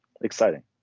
exciting